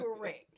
correct